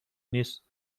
نیست